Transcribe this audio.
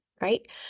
right